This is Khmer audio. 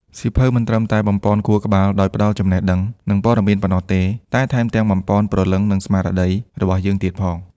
សៀវភៅមិនត្រឹមតែ បំប៉នខួរក្បាល ដោយផ្តល់ចំណេះដឹង និងព័ត៌មានប៉ុណ្ណោះទេ តែថែមទាំង បំប៉នព្រលឹង និងស្មារតី របស់យើងទៀតផង។